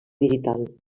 digital